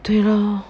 对 lor